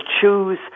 choose